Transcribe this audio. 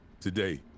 today